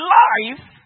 life